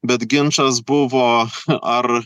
bet ginčas buvo ar